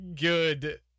good